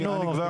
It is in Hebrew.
חינוך,